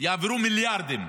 יעברו מיליארדים